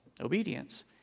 obedience